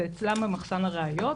זה אצלם במחסן הראיות,